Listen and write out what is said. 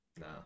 No